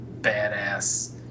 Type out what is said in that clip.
badass